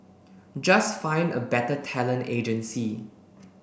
just find a better talent agency